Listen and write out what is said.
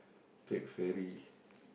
take ferry